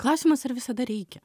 klausimas ar visada reikia